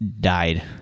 died